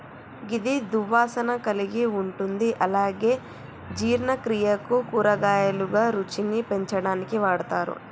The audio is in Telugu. గిది దుర్వాసన కలిగి ఉంటుంది అలాగే జీర్ణక్రియకు, కూరగాయలుగా, రుచిని పెంచడానికి వాడతరు